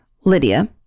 Lydia